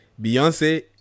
Beyonce